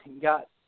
got